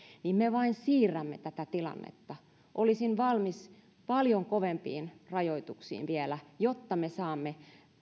niin me vain siirrämme tätä tilannetta olisin valmis vielä paljon kovempiin rajoituksiin jotta me saamme